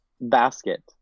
basket